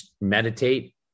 meditate